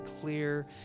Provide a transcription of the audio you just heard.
clear